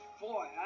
boy